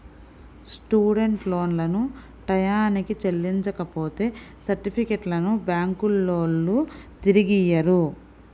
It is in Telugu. స్టూడెంట్ లోన్లను టైయ్యానికి చెల్లించపోతే సర్టిఫికెట్లను బ్యాంకులోల్లు తిరిగియ్యరు